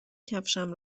کفشم